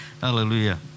Hallelujah